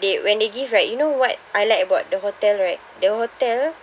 they when they give right you know what I liked about the hotel right the hotel